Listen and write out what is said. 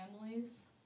families